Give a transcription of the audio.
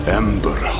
ember